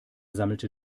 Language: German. sammelte